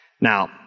Now